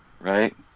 Right